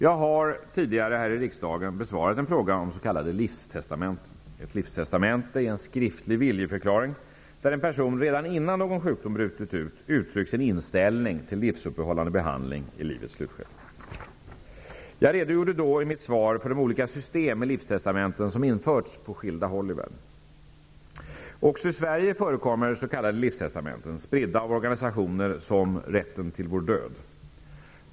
Jag har tidigare här i riksdagen besvarat en fråga om s.k. livstestamenten. Ett livstestamente är en skriftlig viljeförklaring där en person redan innan någon sjukdom brutit ut uttryckt sin inställning till livsuppehållande behandling i livets slutskede. Jag redogjorde i mitt svar för de olika system med livstestamenten som införts på skilda håll i världen. Också i Sverige förekommer s.k. livstestamenten, spridda av organisationer som Rätten till vår död.